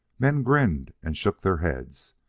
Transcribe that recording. men grinned and shook their heads.